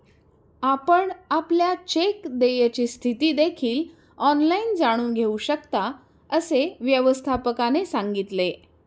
आपण आपल्या चेक देयची स्थिती देखील ऑनलाइन जाणून घेऊ शकता, असे व्यवस्थापकाने सांगितले